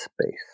space